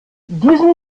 diesen